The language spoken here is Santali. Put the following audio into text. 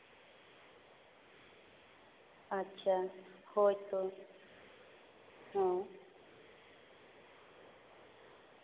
ᱟᱪᱪᱷᱟ ᱦᱳᱭᱛᱳ ᱦᱮᱸ